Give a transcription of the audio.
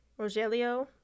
Rogelio